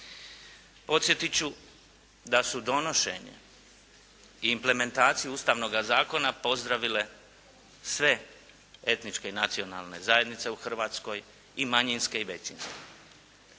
Podsjetit ću da su donošenje i implementaciju Ustavnog zakona pozdravile sve etničke i nacionalne zajednice u Hrvatskoj. I manjinske i većinske.